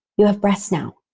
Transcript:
you have breasts now.